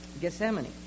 Gethsemane